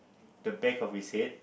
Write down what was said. the back of his head